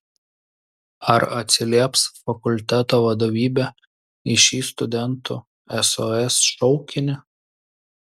ar atsilieps fakulteto vadovybė į šį studentų sos šaukinį